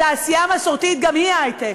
תעשייה מסורתית, גם היא היי-טק,